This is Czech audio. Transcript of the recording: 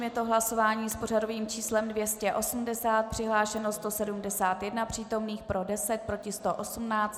Je to hlasování s pořadovým číslem 280, přihlášeno 171 přítomných, pro 10, proti 118.